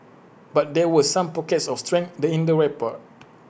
but there were some pockets of strength in the report